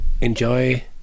enjoy